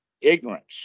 ignorance